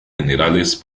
generales